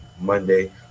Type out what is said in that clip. monday